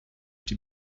die